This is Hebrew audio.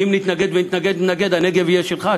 שאם נתנגד ונתנגד ונתנגד הנגב יהיה שלך?